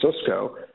Cisco